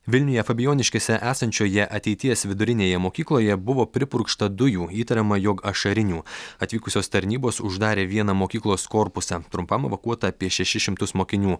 vilniuje fabijoniškėse esančioje ateities vidurinėje mokykloje buvo pripurkšta dujų įtariama jog ašarinių atvykusios tarnybos uždarė vieną mokyklos korpusą trumpam evakuota apie šešis šimtus mokinių